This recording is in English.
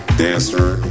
dancer